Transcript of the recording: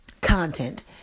content